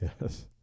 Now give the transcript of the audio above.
Yes